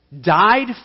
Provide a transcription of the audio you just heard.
died